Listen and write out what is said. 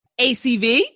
ACV